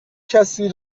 کسی